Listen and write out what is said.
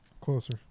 closer